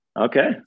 Okay